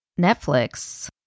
Netflix